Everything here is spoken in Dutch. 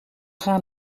gaan